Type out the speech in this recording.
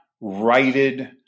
righted